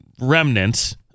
remnants